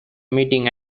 meeting